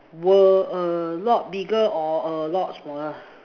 will a lot bigger or a lot smaller